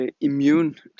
immune